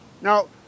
Now